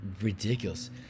ridiculous